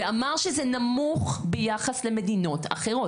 ואמר שזה נמוך ביחס למדינות אחרות.